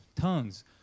tongues